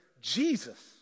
Jesus